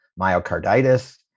myocarditis